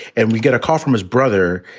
and we get a call from his brother,